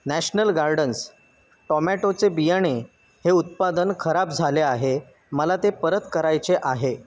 national gardens टॉमॅटोचे बियाणे हे उत्पादन खराब झाले आहे मला ते परत करायचे आहे